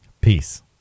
Peace